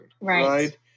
right